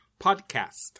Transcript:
Podcast